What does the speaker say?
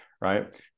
right